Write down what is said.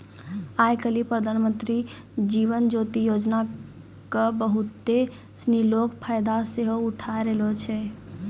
आइ काल्हि प्रधानमन्त्री जीवन ज्योति योजना के बहुते सिनी लोक फायदा सेहो उठाय रहलो छै